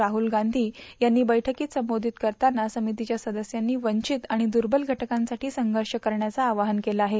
राहूल गांची यांनी बैठकीत संबोधित करताना समितीच्या सदस्यांनी वंचित आणि दुर्बल षटकांसाठी संघर्ष करण्याचं आवाहन केलं आहे